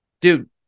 dude